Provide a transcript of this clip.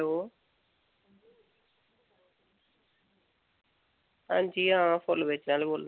hello अंजी आं फुल्ल बेचा नी होनी